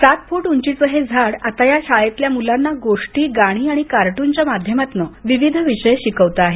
सात फुट उचीच हे झाड आता या शाळेतल्या मुलांना गोष्टी गाणी आणि कार्टूनच्या माध्यमातून विविध विषय शिकवतं आहे